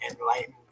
enlightened